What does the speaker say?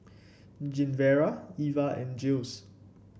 Genevra Eva and Jiles